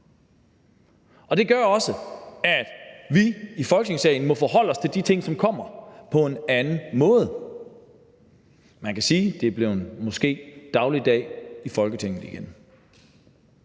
og det gør også, at vi i Folketingssalen må forholde os til de ting, som kommer, på en anden måde. Man kan sige, at det måske er blevet dagligdag i Folketinget igen.